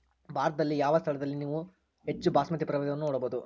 ಭಾರತದಲ್ಲಿ ಯಾವ ಸ್ಥಳದಲ್ಲಿ ನಾವು ಹೆಚ್ಚು ಬಾಸ್ಮತಿ ಪ್ರಭೇದವನ್ನು ನೋಡಬಹುದು?